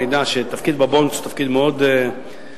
אני יודע שתפקיד ב"בונדס" הוא תפקיד מאוד מפנק,